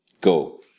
Go